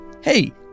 Hey